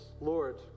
Lord